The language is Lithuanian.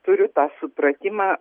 turiu tą supratimą